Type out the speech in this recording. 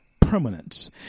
permanence